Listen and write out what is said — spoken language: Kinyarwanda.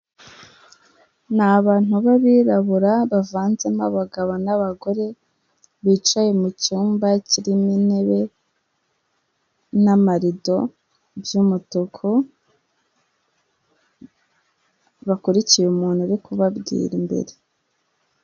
Ni abantu b'abirabura bavanzemo abagabo n'abagore bicaye mucyumba kirimo intebe n'amarido ,by'umutuku bakurikiye umuntu uri kubabwira imbere.